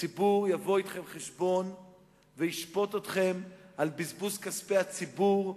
הציבור יבוא אתכם חשבון וישפוט אתכם על בזבוז כספי הציבור,